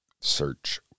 search